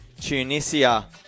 Tunisia